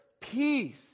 peace